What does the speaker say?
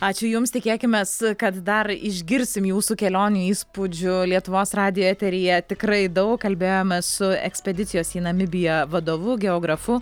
ačiū jums tikėkimės kad dar išgirsim jūsų kelionių įspūdžių lietuvos radijo eteryje tikrai daug kalbėjomės su ekspedicijos į namibiją vadovu geografu